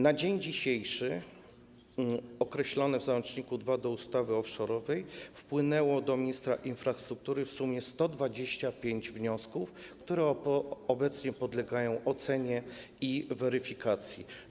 Na dzisiaj w zakresie określonym w załączniku nr 2 do ustawy offshore wpłynęło do ministra infrastruktury w sumie 125 wniosków, które obecnie podlegają ocenie i weryfikacji.